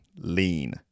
lean